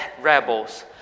rebels